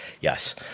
yes